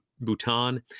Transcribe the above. Bhutan